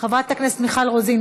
חברת הכנסת מיכל רוזין,